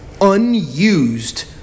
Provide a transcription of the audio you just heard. unused